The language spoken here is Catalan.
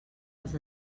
als